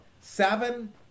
Seven